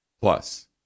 Plus